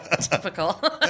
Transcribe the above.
Typical